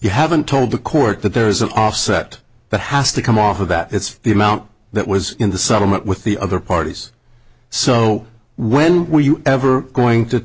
you haven't told the court that there's an offset that has to come off of that it's the amount that was in the summit with the other parties so when were you ever going to